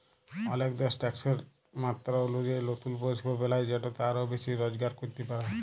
অলেক দ্যাশ ট্যাকসের মাত্রা অলুজায়ি লতুল পরিষেবা বেলায় যেটতে আরও বেশি রজগার ক্যরতে পারে